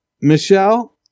Michelle